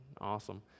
awesome